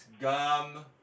Gum